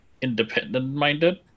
independent-minded